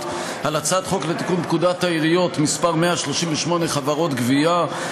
על הצעת חוק לתיקון פקודת העיריות (מס' 138) (חברות גבייה),